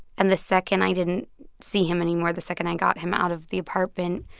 and the second i didn't see him anymore, the second i got him out of the apartment,